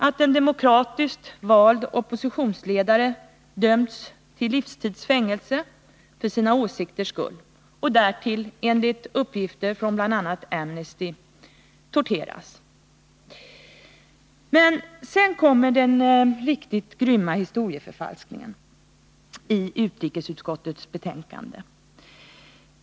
Att en demokratiskt vald oppositionsledare dömts till livstids fängelse för sina åsikters skull och därtill, enligt uppgifter, från bl.a. Amnesty International, torterats, tas inte upp. Men sedan kommer den riktigt grymma historieförfalskningen i utrikesutskottets betänkande.